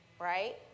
right